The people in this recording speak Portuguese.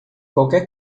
qualquer